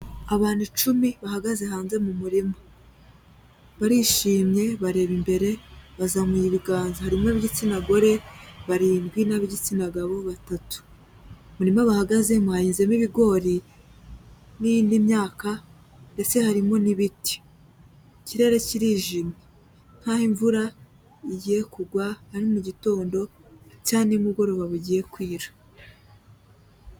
Abantu icumi bahagaze hanze mu murima, barishimye bareba imbere bazamuye ibiganza harimo ab' igitsinagore barindwi n'ab'igitsina gabo batatu, mu murima bahagazemo hahinzemo ibigori n'indi myaka ndetse harimo n'ibiti, ikirere kirijimye nk'aho imvura igiye kugwa hari mu gitondo cyangwa nimugoroba bugiye kwira.